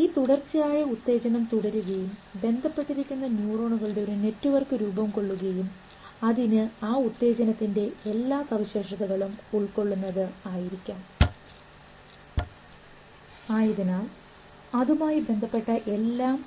ഈ തുടർച്ചയായ ഉത്തേജനം തുടരുകയും ബന്ധപ്പെട്ടിരിക്കുന്ന ന്യൂറോണുകളുടെ ഒരു നെറ്റ്വർക്ക് രൂപംകൊള്ളുകയും അതിന് ആ ഉത്തേജനത്തിന് എല്ലാ സവിശേഷതകളും ഉൾക്കൊള്ളുന്നതും ആയിരിക്കും ആയതിനാൽ അതുമായി ബന്ധപ്പെട്ട എല്ലാം